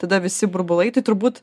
tada visi burbulai tai turbūt